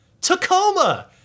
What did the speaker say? Tacoma